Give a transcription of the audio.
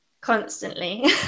Constantly